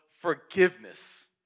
forgiveness